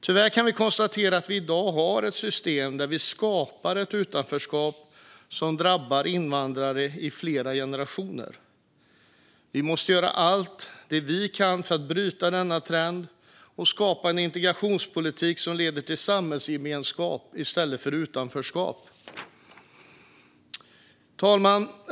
Tyvärr kan vi konstatera att vi i dag har ett system där vi skapar ett utanförskap som drabbar invandrare i flera generationer. Vi måste göra allt vi kan för att bryta denna trend och skapa en integrationspolitik som leder till samhällsgemenskap i stället för utanförskap. Fru talman!